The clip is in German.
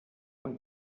und